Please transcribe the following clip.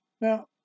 Now